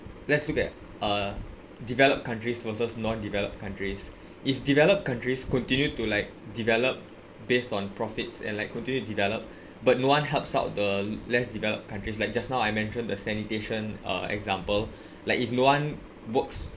let's look at uh developed countries versus non developed countries if developed countries continue to like develop based on profits and like continue develop but no one helps out the less developed countries like just now I mentioned the sanitation uh example like if no one works